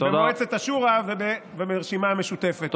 במועצת השורא וברשימה המשותפת.